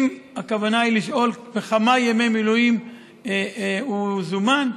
אם הכוונה היא לשאול לכמה ימי מילואים הוא זומן,